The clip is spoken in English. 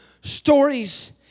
stories